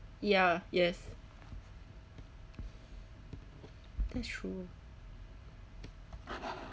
ya yes that's true